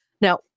Now